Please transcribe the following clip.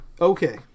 Okay